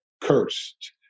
cursed